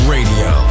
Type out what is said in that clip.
Radio